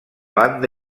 banda